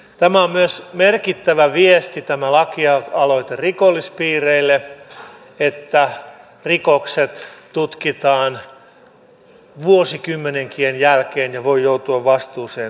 tämä lakialoite on myös merkittävä viesti rikollispiireille että rikokset tutkitaan vuosikymmenienkin jälkeen jolloin voi joutua vastuuseen teoistaan